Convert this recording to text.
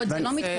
הוד, זה לא מתקזז.